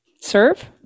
serve